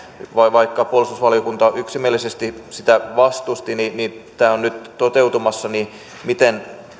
vaikka puolustusvaliokunta yksimielisesti sitä vastusti niin niin tämä on nyt toteutumassa